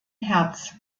hertz